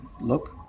look